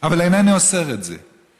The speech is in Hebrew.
אבל איני אוסר את זה".